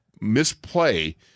misplay